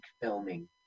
filming